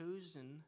chosen